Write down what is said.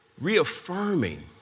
reaffirming